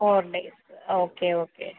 four days okay okay